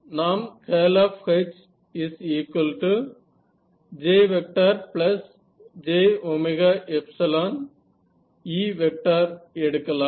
நாம் H JjE எடுக்கலாம்